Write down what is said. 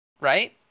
Right